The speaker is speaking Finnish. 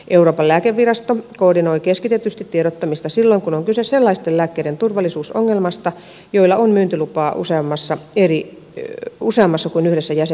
euroopan lääkevirasto koordinoi keskitetysti tiedottamista silloin kun on kyse sellaisten lääkkeiden turvallisuusongelmasta joilla on myyntilupa useammassa kuin yhdessä jäsenvaltiossa